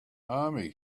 army